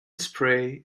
spray